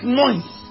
noise